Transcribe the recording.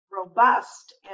Robust